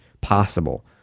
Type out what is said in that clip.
possible